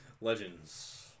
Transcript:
Legends